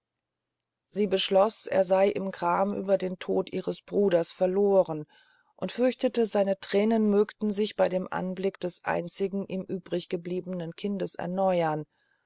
sie schloß er sey im gram über den tod ihres bruders verlohren und fürchtete seine thränen mögten sich bey dem anblick des einzigen ihm übrig gebliebenen kindes erneuern